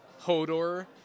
Hodor